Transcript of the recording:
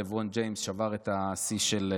לברון ג'יימס שבר את השיא של,